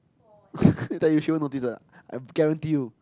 I tell you that she won't notice one I guarantee you